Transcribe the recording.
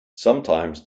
sometimes